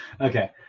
Okay